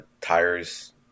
tires